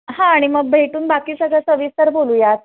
हां आणि मग भेटून बाकी सगळं सविस्तर बोलूयात